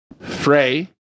Frey